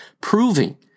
proving